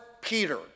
Peter